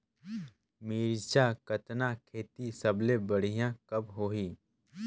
मिरचा कतना खेती सबले बढ़िया कब होही?